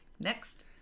Next